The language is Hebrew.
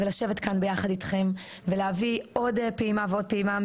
ולשבת כאן ביחד אתכם ולהביא עוד פעימה ועוד פעימה.